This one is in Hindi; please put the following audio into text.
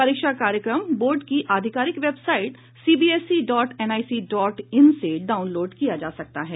परीक्षा कार्यक्रम बोर्ड की आधिकारिक website CBSE dot NIC dot in से डाउनलोड किया जा सकता है